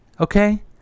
okay